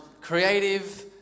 Creative